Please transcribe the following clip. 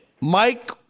Mike